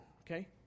okay